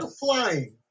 flying